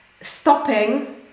stopping